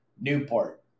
Newport